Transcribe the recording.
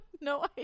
no